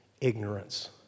ignorance